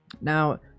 now